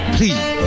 Please